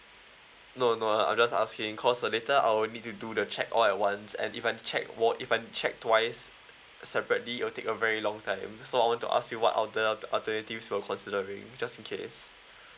no no uh I just asking because later I will need to do the check all at once and if I'm check more if I'm check twice separately it'll take a very long time so I want to ask you what alte~ alternatives you'll considering just in case